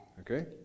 okay